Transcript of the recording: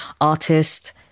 artist